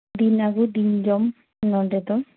ᱫᱤᱱ ᱟᱜᱩ ᱫᱤᱱ ᱡᱚᱢ ᱱᱚᱸᱰᱮ ᱫᱚ